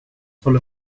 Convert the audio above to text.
full